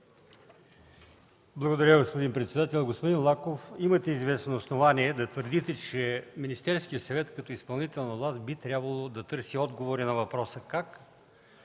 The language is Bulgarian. Благодаря, господин председател. Господин Лаков, имате известно основание да твърдите, че Министерският съвет като изпълнителна власт би трябвало да търси отговора на въпроса